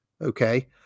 okay